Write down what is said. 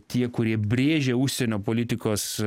tie kurie brėžia užsienio politikos